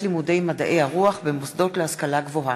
לימודי מדעי הרוח במוסדות להשכלה גבוהה.